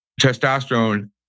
testosterone